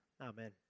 Amen